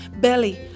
belly